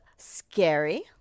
scary